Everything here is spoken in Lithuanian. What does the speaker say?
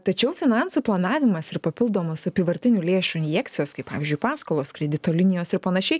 tačiau finansų planavimas ir papildomos apyvartinių lėšų injekcijos kaip pavyzdžiui paskolos kredito linijos ir panašiai